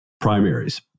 primaries